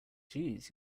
jeez